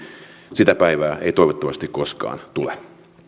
sitä päivää ei toivottavasti koskaan tule